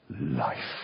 life